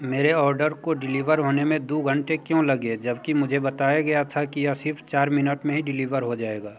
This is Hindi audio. मेरे ऑर्डर को डिलीवर होने में दो घंटे क्यों लगे जबकि मुझे बताया गया था कि यह सिर्फ चार मिनट में ही डिलीवर हो जाएगा